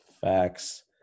Facts